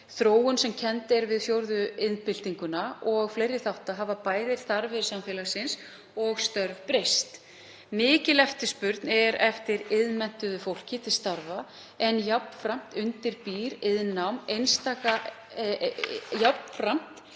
þróun sem kennd er við fjórðu iðnbyltinguna, og fleiri þáttum, hafa bæði þarfir samfélagsins og störf breyst. Mikil eftirspurn er eftir iðnmenntuðu fólki til starfa en jafnframt býr iðnnám fólk